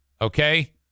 okay